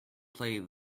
play